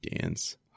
Dance